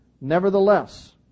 Nevertheless